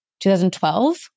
2012